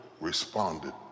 responded